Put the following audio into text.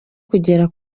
kugeza